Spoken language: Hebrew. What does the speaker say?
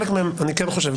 חלק מהם אני כן חושב,